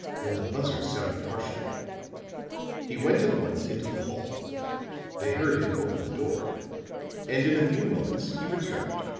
when the buzzer sounded harshly he went at once into the hall they heard him open the door and in a few moments he returned,